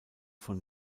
von